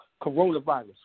coronavirus